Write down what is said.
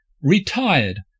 retired